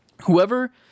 Whoever